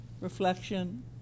Reflection